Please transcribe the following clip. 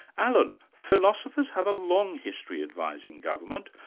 alan, philosophers have a long history advising government,